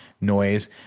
noise